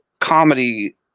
comedy